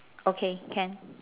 okay can